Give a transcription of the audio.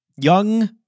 Young